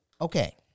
Okay